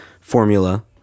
formula